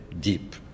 deep